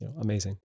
amazing